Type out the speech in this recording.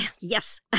yes